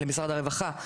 למשרד הרווחה,